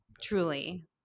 truly